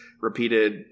repeated